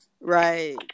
Right